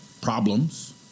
problems